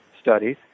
studies